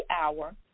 hour